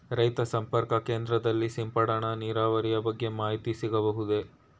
ರೈತ ಸಂಪರ್ಕ ಕೇಂದ್ರದಲ್ಲಿ ಸಿಂಪಡಣಾ ನೀರಾವರಿಯ ಬಗ್ಗೆ ಮಾಹಿತಿ ಸಿಗಬಹುದೇ?